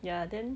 ya then